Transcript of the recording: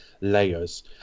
layers